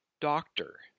doctor